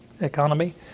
economy